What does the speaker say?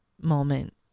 moment